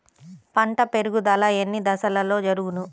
పంట పెరుగుదల ఎన్ని దశలలో జరుగును?